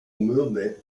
movement